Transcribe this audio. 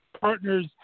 partner's